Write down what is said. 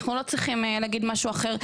אנחנו לא צריכים להגיד משהו אחר.